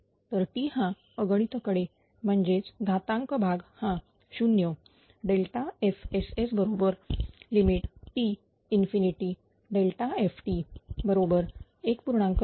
तर t हा अगणित कडे म्हणजेच घातांक भाग हा 0 FSStF1